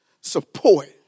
support